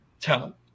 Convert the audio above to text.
talent